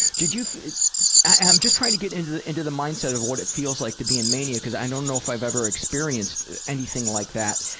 did you i'm just trying to get into the into the mindset of what it feels like to be in mania, because i don't know if i've ever experienced anything like that.